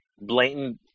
blatant